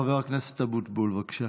חבר הכנסת אבוטבול, בבקשה.